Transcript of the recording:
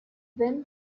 went